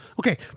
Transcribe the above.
Okay